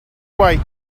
way